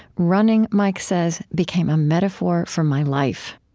running, mike says, became a metaphor for my life.